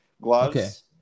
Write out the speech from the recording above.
Gloves